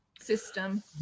system